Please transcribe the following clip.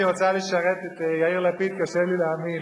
שהיא רוצה לשרת את יאיר לפיד קשה לי להאמין.